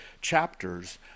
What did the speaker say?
chapters